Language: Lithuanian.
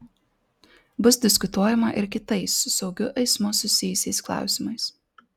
bus diskutuojama ir kitais su saugiu eismu susijusiais klausimais